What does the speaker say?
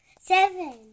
Seven